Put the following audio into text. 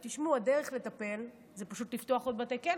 תשמעו, הדרך לטפל היא פשוט לפתוח עוד בתי כלא,